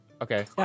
Okay